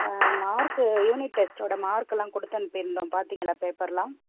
ஆ mark unit டெஸ்ட்டோட மார்க்கெல்லாம் கொடு த்து அனுப்பியிருந்தோம் பார்த்தீங்களா பேப்பர்லாம்